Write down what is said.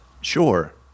sure